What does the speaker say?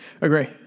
Agree